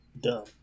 dumb